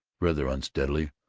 rather unsteadily,